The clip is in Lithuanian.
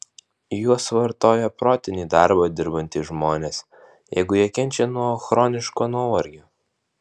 juos vartoja protinį darbą dirbantys žmonės jeigu jie kenčia nuo chroniško nuovargio